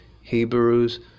Hebrews